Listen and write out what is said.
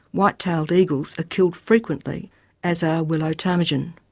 white-tailed eagles are killed frequently as are willow ptarmigan.